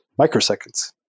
microseconds